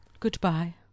Goodbye